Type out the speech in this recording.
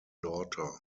daughter